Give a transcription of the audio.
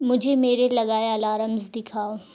مجھے میرے لگائے الارمز دکھاؤ